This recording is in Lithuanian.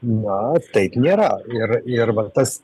na taip nėra ir ir va tas